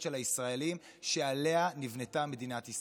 של הישראלים שעליה נבנתה מדינת ישראל.